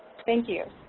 thank you.